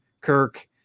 Kirk